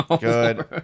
good